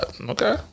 Okay